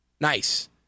Nice